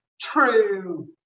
true